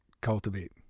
cultivate